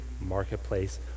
marketplace